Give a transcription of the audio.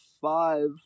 five